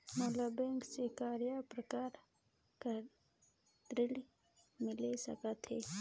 मोला बैंक से काय प्रकार कर ऋण मिल सकथे?